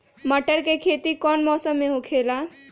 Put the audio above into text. मटर के खेती कौन मौसम में होखेला?